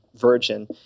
Virgin